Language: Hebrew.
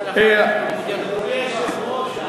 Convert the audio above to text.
אדוני היושב-ראש,